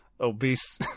obese